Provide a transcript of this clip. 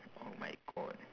oh my god